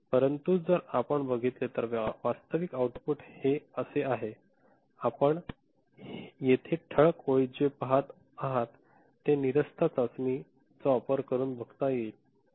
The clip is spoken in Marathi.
परंतु जर आपण बघितले तर वास्तविक आउटपुट हे असे आहे आपण येथे ठळक ओळीत जे पहात आहात ते नीरसता चाचणी चा वापर करून बघता येईल शकते